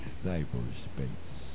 cyberspace